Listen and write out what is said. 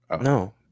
no